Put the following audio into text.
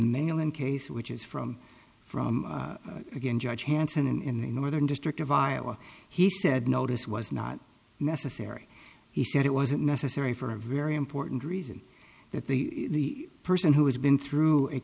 mailing case which is from from again judge hansen in the northern district of iowa he said notice was not necessary he said it wasn't necessary for a very important reason that the person who has been through